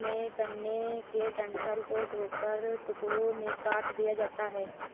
में, गन्ने के डंठल को धोकर टुकड़ों में काट दिया जाता है